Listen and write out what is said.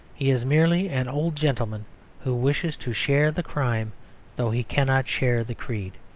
he is merely an old gentleman who wishes to share the crime though he cannot share the creed.